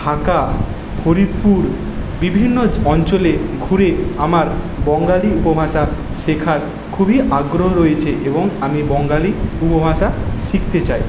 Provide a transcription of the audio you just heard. ঢাকা ফরিদপুর বিভিন্ন অঞ্চলে ঘুরে আমার বঙ্গালী উপভাষা শেখার খুবই আগ্রহ রয়েছে এবং আমি বঙ্গালী উপভাষা শিখতে চাই